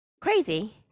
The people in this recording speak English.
Crazy